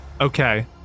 Okay